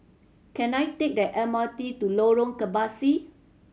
can I take the M R T to Lorong Kebasi